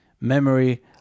memory